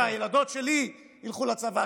אתה רוצה שהילדות שלי ילכו לצבא,